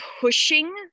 pushing